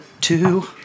two